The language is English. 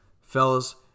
Fellas